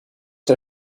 der